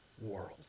world